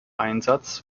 einsatz